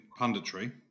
punditry